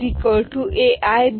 Bi Ai